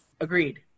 agreed